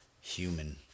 human